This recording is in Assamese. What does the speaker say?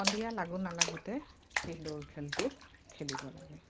সন্ধিয়া লাগো নালাগোতে সেই দৌৰ খেলটো খেলিব লাগে